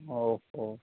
ହଉ ହଉ